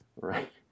Right